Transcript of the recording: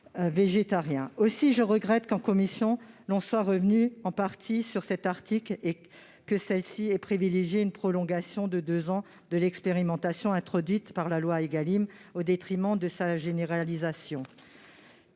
Aussi, je regrette que la commission soit revenue en partie sur cet article et qu'elle ait privilégié une prolongation de deux ans de l'expérimentation introduite par la loi Égalim, au détriment de sa généralisation.